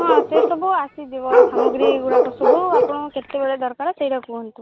ହଁ ସେ ସବୁ ଆସିଯିବ ସାମଗ୍ରୀ ଗୁଡ଼ାକ ସବୁ ଆପଣଙ୍କୁ କେତେବେଳେ ଦରକାର ସେଇଟା କୁହନ୍ତୁ